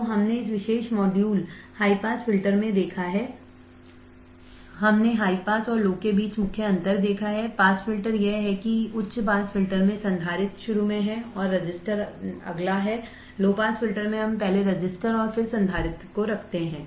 तो हमने इस विशेष मॉड्यूल हाई पास फिल्टर में देखा है हमने हाईपास और लो के बीच मुख्य अंतर देखा है पास फिल्टर यह है कि उच्च पास फिल्टर में संधारित्र शुरू में है और रजिस्टर अगला है लो पास फिल्टर में हम पहले रजिस्टर और फिर संधारित्र को रखते हैं